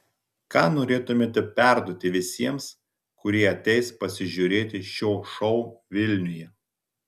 ką norėtumėte perduoti visiems kurie ateis pasižiūrėti šio šou vilniuje